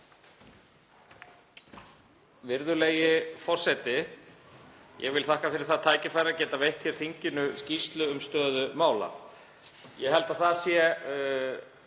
Virðulegi forseti. Ég vil þakka fyrir það tækifæri að geta veitt þinginu skýrslu um stöðu mála. Ég held að það sé